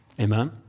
Amen